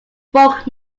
folk